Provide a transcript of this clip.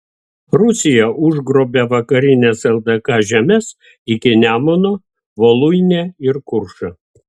rusija užgrobė vakarines ldk žemes iki nemuno voluinę ir kuršą